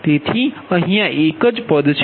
તેથી અહીયા એક જ પદ છે